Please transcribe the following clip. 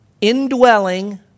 Indwelling